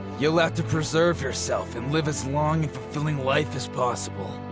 you'll have to preserve yourself and live as long and fulfilling life as possible.